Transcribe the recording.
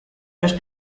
los